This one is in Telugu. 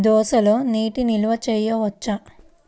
దోసలో నీటి నిల్వ చేయవచ్చా?